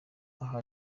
aha